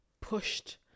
pushed